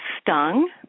stung